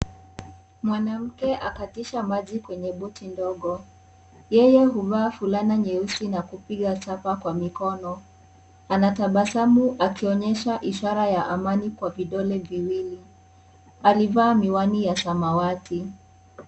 Mwanamke akatisha maji kwenye boti ndogo, yeye huvaa fulana nyeusi na kupiga tapa kwa mikono, anatabasamu akionyesha ishara ya amani kwa vidole viwili, alivaa miwani ya samawati.